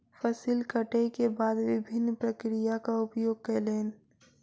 फसिल कटै के बाद विभिन्न प्रक्रियाक उपयोग कयलैन